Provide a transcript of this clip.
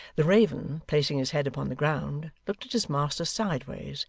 the raven, placing his head upon the ground, looked at his master sideways,